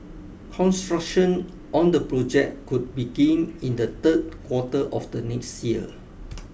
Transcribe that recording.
construction on the project could begin in the third quarter of the next year